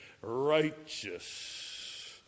righteous